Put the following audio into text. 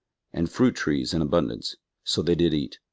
and fruit trees in abundance so they did eat,